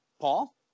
Paul